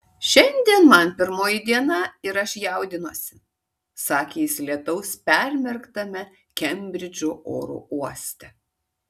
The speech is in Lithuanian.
šiandien man pirmoji diena ir aš jaudinuosi sakė jis lietaus permerktame kembridžo oro uoste